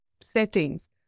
settings